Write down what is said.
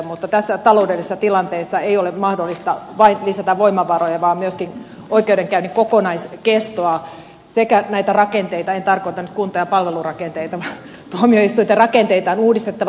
mutta tässä taloudellisessa tilanteessa ei ole mahdollista vain lisätä voimavaroja vaan myöskin oikeudenkäynnin kokonaiskestoa sekä näitä rakenteita en tarkoita nyt kunta ja palvelurakenteita vaan tuomioistuinten rakenteita on uudistettava